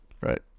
right